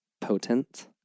potent